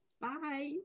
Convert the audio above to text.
Bye